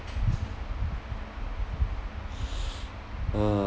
uh